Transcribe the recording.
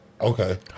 Okay